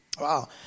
Wow